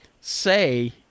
say